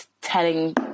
telling